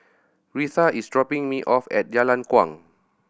Retha is dropping me off at Jalan Kuang